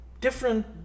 different